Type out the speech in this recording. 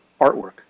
artwork